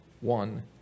one